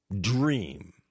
dream